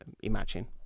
imagine